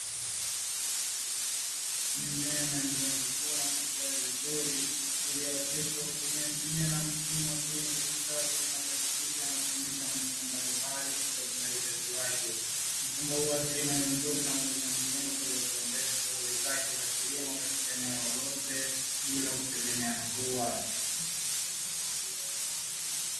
Mimea inaendelea kukua na kustawi vizuri iliyooteshwa na wakulima kwa njia na mfumo wa kilimo cha kisasa kinachohusisha matumizi ya mashine mbalimbali katika utendaji kazi wake. Huu ni mfumo wa kilimo ni nzuri na umeozesha mkulima kuweza kuendesha shughuli zake za kilimo katika eneo lolote bila kutegemea mvua.